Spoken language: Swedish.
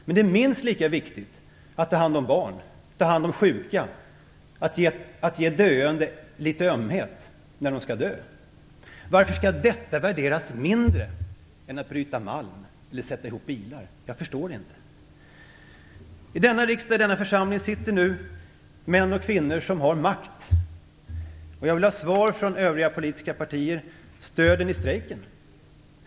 Men det är minst lika viktigt att ta hand om barn, att ta hand om sjuka och att ge döende litet ömhet när de skall dö. Varför skall detta värderas mindre än att bryta malm eller att sätta ihop bilar? Jag förstår inte det. I denna riksdag, i denna församling, sitter nu män och kvinnor som har makt, och jag vill ha svar från övriga politiska partier: Stöder ni strejken?